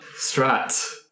Strat